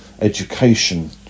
education